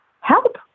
help